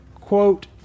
quote